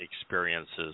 experiences